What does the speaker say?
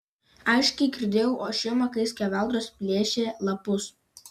aiškiai girdėjau ošimą kai skeveldros plėšė lapus